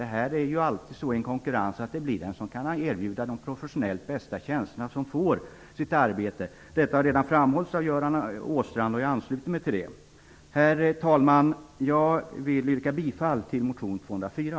Det är ju alltid så i en konkurrens att det blir den som kan erbjuda de professionellt bästa tjänsterna som får arbetet. Detta har redan framhållits av Göran Åstrand, och jag ansluter mig till det. Herr talman! Jag vill yrka bifall till motion 204.